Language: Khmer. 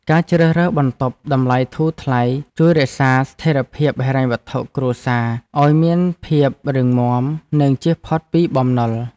ការជ្រើសរើសបន្ទប់តម្លៃធូរថ្លៃជួយរក្សាស្ថិរភាពហិរញ្ញវត្ថុគ្រួសារឱ្យមានភាពរឹងមាំនិងជៀសផុតពីបំណុល។